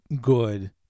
good